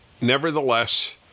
Nevertheless